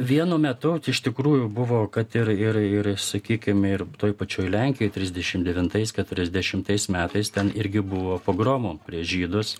vienu metu iš tikrųjų buvo kad ir ir ir sakykim ir toj pačioj lenkijoj trisdešim devintais keturiasdešimtais metais ten irgi buvo pogromų prieš žydus